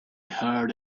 heard